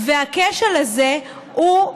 הכשל הזה הוא,